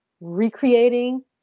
recreating